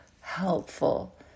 helpful